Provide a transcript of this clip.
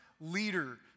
leader